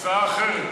ברושי.